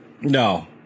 No